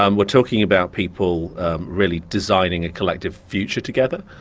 um we're talking about people really designing a collective future together.